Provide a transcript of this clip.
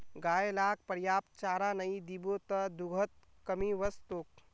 गाय लाक पर्याप्त चारा नइ दीबो त दूधत कमी वस तोक